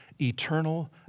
eternal